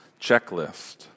checklist